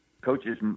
coaches